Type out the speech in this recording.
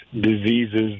diseases